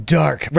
dark